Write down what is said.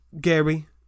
Gary